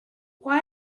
why